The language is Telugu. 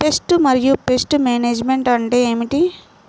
పెస్ట్ మరియు పెస్ట్ మేనేజ్మెంట్ అంటే ఏమిటి?